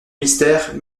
mystère